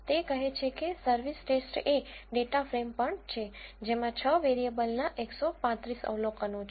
તે કહે છે કે સર્વિસ ટેસ્ટ એ ડેટા ફ્રેમ પણ છે જેમાં 6 વેરીએબલના 135 અવલોકનો છે